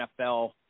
NFL